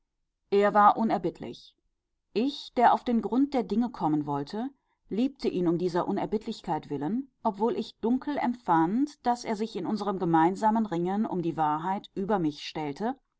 er war unerbittlich ich der auf den grund der dinge kommen wollte liebte ihn um dieser unerbittlichkeit willen obwohl ich dunkel empfand daß er sich in unserem gemeinsamen ringen um die wahrheit über mich stellte